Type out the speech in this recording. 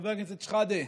חבר הכנסת שחאדה,